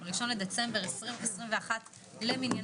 1 בדצמבר 2021 למניינם.